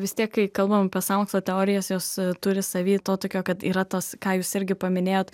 vis tiek kai kalbam apie sąmokslo teorijas jos turi savy to tokio kad yra tas ką jūs irgi paminėjot